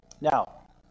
Now